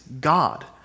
God